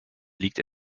liegt